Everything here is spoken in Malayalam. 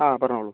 ആ പറഞ്ഞോളു